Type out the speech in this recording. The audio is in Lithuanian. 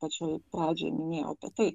pačioj pradžioj minėjau apie tai